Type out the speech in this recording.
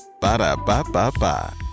Ba-da-ba-ba-ba